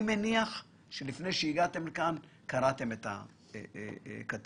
אני מניח שלפני שהגעתם לכאן קראתם את הכתבה.